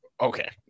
Okay